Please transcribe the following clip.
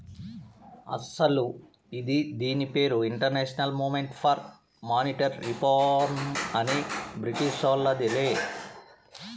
అస్సలు ఇది దీని పేరు international movement for monetary reform అనే బ్రిటీషోల్లదిలే